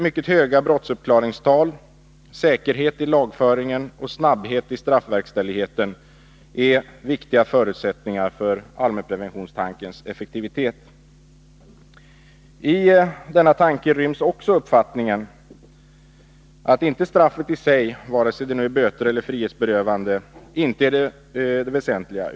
Mycket höga brottsuppklaringstal, säkerhet i lagföringen och snabbhet i straffverkställigheten är viktiga förutsättningar för allmänpreventionstankens effektivitet. I denna tanke ryms också uppfattningen att det inte är straffet i sig, vare sig det nu är böter eller frihetsberövande, som är det väsentliga.